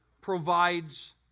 provides